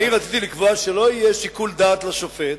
אני רציתי לקבוע שלא יהיה שיקול דעת לשופט,